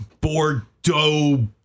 Bordeaux